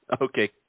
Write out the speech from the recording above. Okay